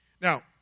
Now